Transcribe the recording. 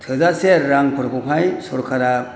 थोजासे रांफोरखौहाय सरकारा